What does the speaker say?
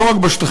לא רק בשטחים.